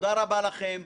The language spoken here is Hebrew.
תודה רבה לכם.